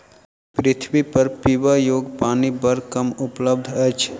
पृथ्वीपर पीबा योग्य पानि बड़ कम उपलब्ध अछि